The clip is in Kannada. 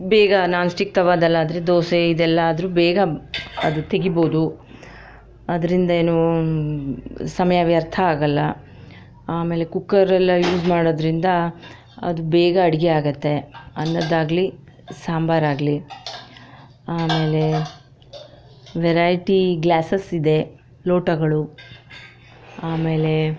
ಬೇಗ ನಾನ್ಸ್ಟಿಕ್ ತವಾದಲ್ಲಾದರೆ ದೋಸೆ ಇದೆಲ್ಲದು ಬೇಗ ಅದು ತೆಗೀಬೋದು ಅದ್ರಿಂದ ಏನೂ ಸಮಯ ವ್ಯರ್ಥ ಆಗೋಲ್ಲ ಆಮೇಲೆ ಕುಕ್ಕರೆಲ್ಲ ಯೂಸ್ ಮಾಡೋದರಿಂದ ಅದು ಬೇಗ ಅಡಿಗೆ ಆಗುತ್ತೆ ಅನ್ನದ್ದಾಗಲಿ ಸಾಂಬಾರಾಗಲಿ ಆಮೇಲೆ ವೆರೈಟಿ ಗ್ಲಾಸಸ್ ಇದೆ ಲೋಟಗಳು ಆಮೇಲೆ